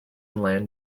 land